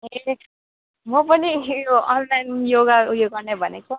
ए म पनि उयो अनलाइन योगा उयो गर्ने भनेको